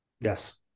yes